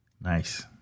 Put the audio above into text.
Nice